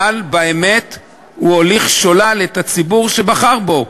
אבל באמת הוא הוליך שולל ציבור שבחר בו,